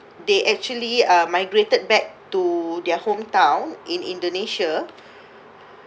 they actually uh migrated back to their hometown in indonesia